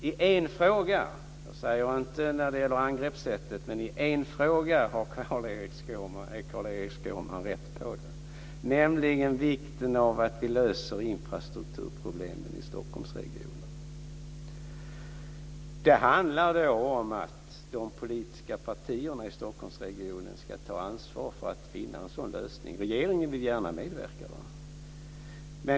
I en fråga - dock inte när det gäller angreppssättet - är Carl-Erik Skårman rätt på det, nämligen när det gäller vikten av att vi löser infrastrukturproblemen i Stockholmsregionen. Det handlar om att de politiska partierna i Stockholmsregionen ska ta ansvar för att finna en sådan lösning. Regeringen vill gärna medverka.